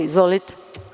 Izvolite.